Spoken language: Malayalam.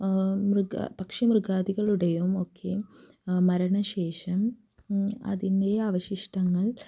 മൃഗ പക്ഷി മൃഗാതികളുടേയും ഒക്കെ മരണശേഷം അതിൽനിന്നുള്ള അവശിഷ്ടങ്ങൾ